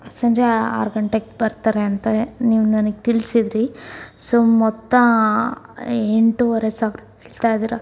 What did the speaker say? ಸಂಜೆ ಆರು ಗಂಟೆಗೆ ಬರ್ತಾರೆ ಅಂತೆ ನೀವು ನನಗೆ ತಿಳಿಸಿದ್ರಿ ಸೊ ಮೊತ್ತ ಎಂಟುವರೆ ಸಾವಿರ ಹೇಳ್ತಾಯಿದ್ದೀರ